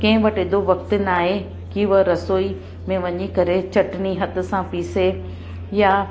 कंहिं वटि एॾो वक़्ति न आहे की व रसोई में वञी करे चटनी हथ सां पीसे या